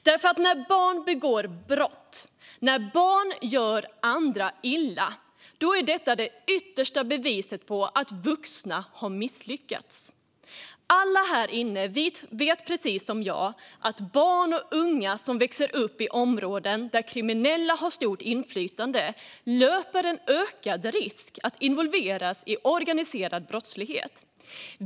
Barn som begår brott och gör andra illa är nämligen det yttersta beviset på att vi vuxna har misslyckats. Alla här vet att barn och unga som växer upp i områden där kriminella har stort inflytande löper en ökad risk att involveras i organiserad brottslighet.